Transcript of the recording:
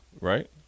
right